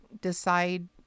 decide